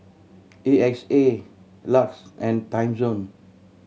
A X A LUX and Timezone